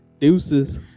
Deuces